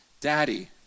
Daddy